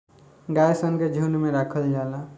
गाय सन के झुंड में राखल जाला